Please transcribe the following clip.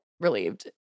relieved